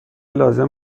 لازم